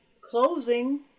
closing